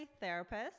therapist